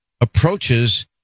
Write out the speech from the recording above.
approaches